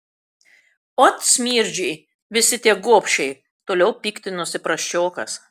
ot smirdžiai visi tie gobšiai toliau piktinosi prasčiokas